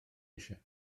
eisiau